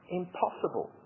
impossible